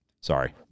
Sorry